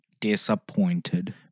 disappointed